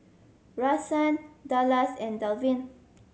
Rahsaan Dallas and Dalvin